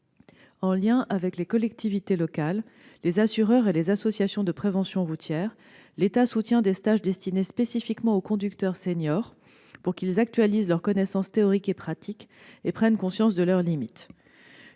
En liaison avec les collectivités locales, les assureurs et les associations de prévention routière, l'État soutient des stages destinés spécifiquement aux conducteurs seniors pour qu'ils actualisent leurs connaissances théoriques et pratiques et prennent conscience de leurs limites.